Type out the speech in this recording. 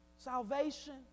Salvation